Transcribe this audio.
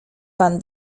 pan